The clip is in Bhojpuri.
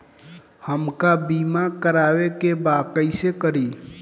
हमका बीमा करावे के बा कईसे करी?